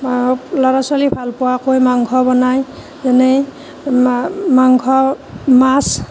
ল'ৰা ছোৱালীয়ে ভাল পোৱাকৈ মাংস বনাই মানে মা মাংস মাছ